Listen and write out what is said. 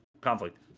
conflict